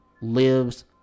lives